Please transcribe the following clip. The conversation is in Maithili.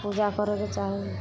पूजा करैके चाही